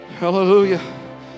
Hallelujah